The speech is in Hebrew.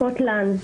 סקוטלנד,